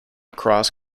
cross